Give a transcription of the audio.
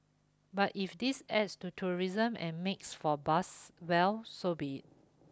but if this adds to tourism and makes for buzz well so be